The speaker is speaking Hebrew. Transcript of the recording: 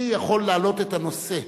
אני יכול להעלות את הנושא.